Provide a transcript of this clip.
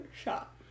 shop